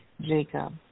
Jacob